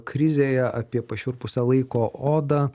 krizėje apie pašiurpusią laiko odą